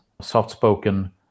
soft-spoken